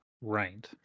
right